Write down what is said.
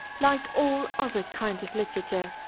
like all other kinds of literature,